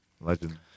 Legend